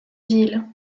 ville